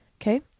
Okay